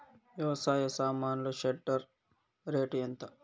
వ్యవసాయ సామాన్లు shredder rate ఎంత?